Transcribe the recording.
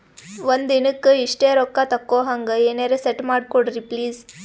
ಒಂದಿನಕ್ಕ ಇಷ್ಟೇ ರೊಕ್ಕ ತಕ್ಕೊಹಂಗ ಎನೆರೆ ಸೆಟ್ ಮಾಡಕೋಡ್ರಿ ಪ್ಲೀಜ್?